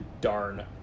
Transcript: darn